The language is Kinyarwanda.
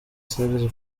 serge